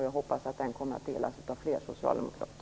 Jag hoppas att den kommer att delas av fler socialdemokrater.